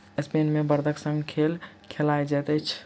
Spain मे बड़दक संग खेल खेलायल जाइत अछि